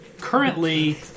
currently